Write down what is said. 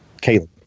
Caleb